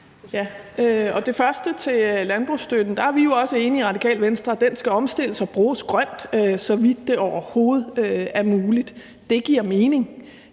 der er vi i Radikale Venstre jo også enige i, at den skal omstilles og bruges grønt, så vidt det overhovedet er muligt. Det giver mening.